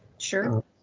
sure